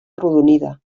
arrodonida